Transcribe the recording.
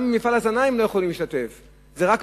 גם במפעל ההזנה הם לא יכולים להשתתף.